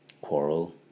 quarrel